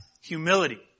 humility